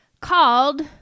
called